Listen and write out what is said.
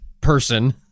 person